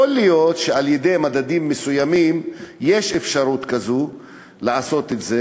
יכול להיות שעל-ידי מדדים מסוימים יש אפשרות לעשות את זה.